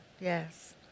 yes